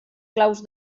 claus